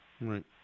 Right